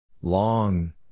Long